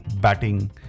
batting